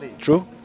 True